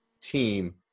team